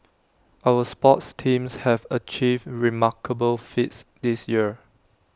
our sports teams have achieved remarkable feats this year